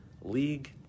league